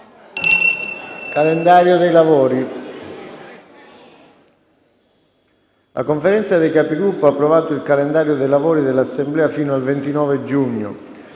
calendario dei lavori